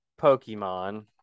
Pokemon